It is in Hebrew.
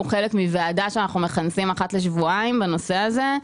הוא חלק מוועדה שאנחנו מכנסים אחת לשבועיים בנושא הזה.